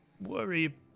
worry